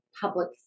public